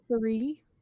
three